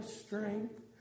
strength